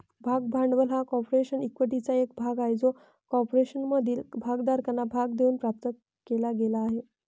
भाग भांडवल हा कॉर्पोरेशन इक्विटीचा एक भाग आहे जो कॉर्पोरेशनमधील भागधारकांना भाग देऊन प्राप्त केला गेला आहे